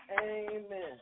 Amen